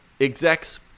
execs